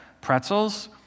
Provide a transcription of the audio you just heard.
pretzels